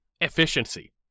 efficiency